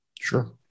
Sure